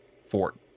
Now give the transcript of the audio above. fort